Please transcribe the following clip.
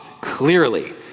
clearly